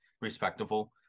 respectable